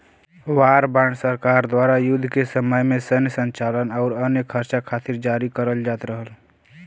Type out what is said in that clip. war bond सरकार द्वारा युद्ध के समय में सैन्य संचालन आउर अन्य खर्चा खातिर जारी करल जात रहल